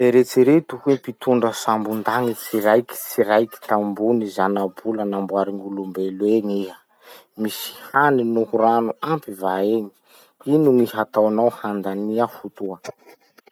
Eritsereto hoe mpintondra sambondagnitsy raikitsy raiky tambony zanabolana namboarin'olombelo egny iha. Misy hany no rano ampy va eny. Ino ny hataonao handania fotoa?